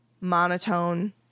monotone